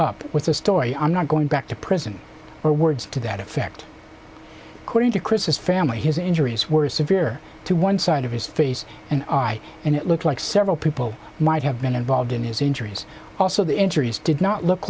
up with a story i'm not going back to prison or words to that effect according to chris's family his injuries were severe to one side of his face and i and it looked like several people might have been involved in his injuries also the injuries did not look